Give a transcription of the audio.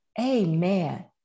Amen